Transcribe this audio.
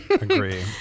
Agree